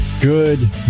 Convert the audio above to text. good